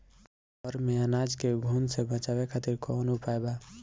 घर में अनाज के घुन से बचावे खातिर कवन उपाय बा?